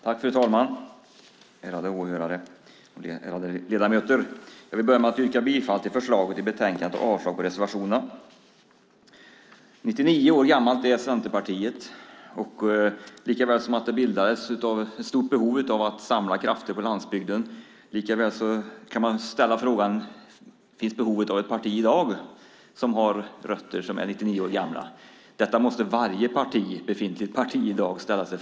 Fru ålderspresident! Ärade åhörare! Ärade ledamöter! Jag vill börja med att yrka bifall till förslaget i betänkandet och avslag på reservationerna. Centerpartiet är 99 år gammalt. Det bildades av ett stort behov att samla krafter på landsbygden. Man kan ställa frågan om det finns behov av ett parti i dag som har rötter som är 99 år gamla. Detta måste varje befintligt parti i dag fråga sig.